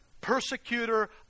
persecutor